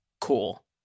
cool